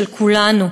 של כולנו,